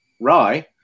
Rye